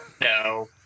No